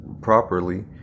properly